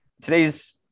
today's